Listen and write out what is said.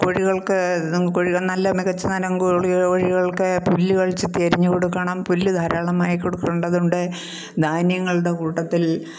കോഴികൾക്ക് കോഴികൾ നല്ല മികച്ച തനം കോഴി കോഴികൾക്ക് പുല്ലുകൾ ചെത്തി അരിഞ്ഞു കൊടുക്കണം പുല്ല് ധാരാളമായി കൊടുക്കേണ്ടതുണ്ട് ധാന്യങ്ങളുടെ കൂട്ടത്തിൽ